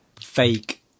fake